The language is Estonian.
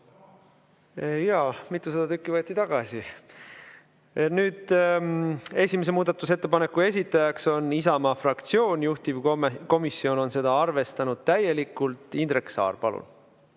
Jaa, mitusada tükki võeti tagasi. Esimese muudatusettepaneku esitaja on Isamaa fraktsioon, juhtivkomisjon on seda arvestanud täielikult. Indrek Saar, palun!